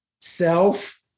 Self